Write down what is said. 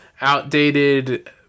outdated